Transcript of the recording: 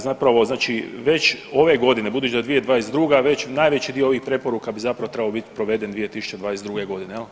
Zapravo znači već ove godine budući da je 2022. već, najveći dio ovih preporuka bi zapravo trebao biti proveden 2022. godine jel.